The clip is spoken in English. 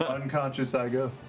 unconscious i go.